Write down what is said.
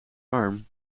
arm